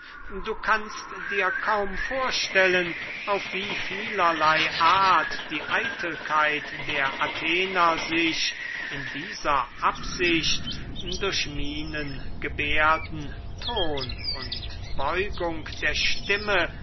du kannst dir kaum vorstellen auf wie vielerley art die eitelkeit der athener sich in dieser absicht durch mienen geberden ton und beugung der stimme